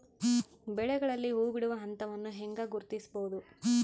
ಬೆಳೆಗಳಲ್ಲಿ ಹೂಬಿಡುವ ಹಂತವನ್ನು ಹೆಂಗ ಗುರ್ತಿಸಬೊದು?